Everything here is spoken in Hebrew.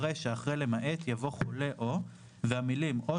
(א) אחרי "למעט" יבוא "חולה או" והמילים "או